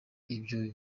ibyo